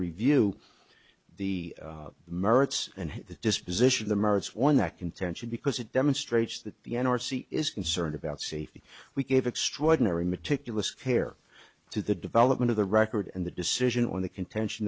review the merits and the disposition the merits one that contention because it demonstrates that the n r c is concerned about safety we gave extraordinary meticulous care to the development of the record and the decision on the contention